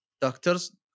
Doctors